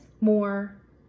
more